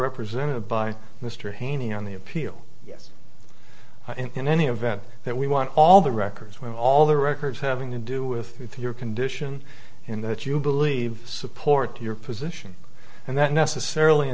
represented by mr hanging on the appeal yes in any event that we want all the records with all the records having to do with your condition in that you believe support your position and that necessarily